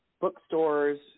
bookstores –